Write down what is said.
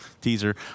teaser